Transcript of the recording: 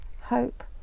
hope